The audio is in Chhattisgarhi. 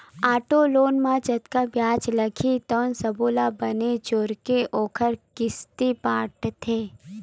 आटो लोन म जतका बियाज लागही तउन सब्बो ल बने जोरके ओखर किस्ती बाटथे